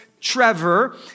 Trevor